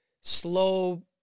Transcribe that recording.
slow